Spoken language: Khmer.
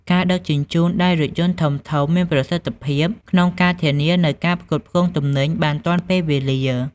ការដឹកជញ្ជូនដោយរថយន្តធំៗមានប្រសិទ្ធភាពក្នុងការធានានូវការផ្គត់ផ្គង់ទំនិញបានទាន់ពេលវេលា។